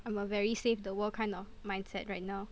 I'm a very save the world kind of mindset right now